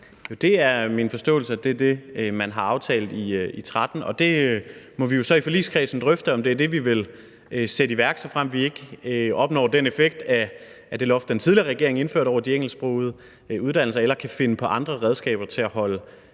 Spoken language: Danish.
Jo, min forståelse er, at det er det, man har aftalt i 2013, og vi må så i forligskredsen drøfte, om det er det, vi vil sætte i værk, såfremt vi ikke opnår den effekt af det loft, den tidligere regering indførte over de engelsksprogede uddannelser, eller vi kan finde på andre redskaber til at holde